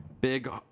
Big